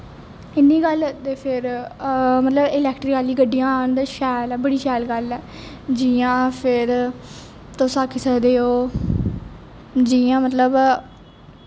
इन्नी गल्ल ते फिर मतलब इलैक्ट्रिकल आह्लियां गड्डियां आन ते शैल बड़ी शैल गल्ल ऐ जियां फिर तुस आक्खी सकदे ओ जियां मतलब